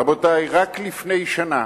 רבותי, רק לפני שנה